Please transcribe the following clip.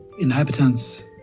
inhabitants